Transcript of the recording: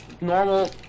normal